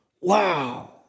Wow